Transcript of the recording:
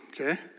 okay